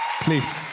Please